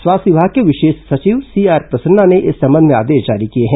स्वास्थ्य विमाग के विशेष सचिव सीआर प्रसन्ना ने इस संबंध में आदेश जारी किए हैं